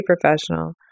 professional